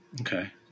Okay